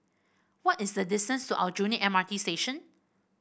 what is the distance to Aljunied M R T Station